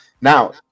Now